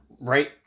right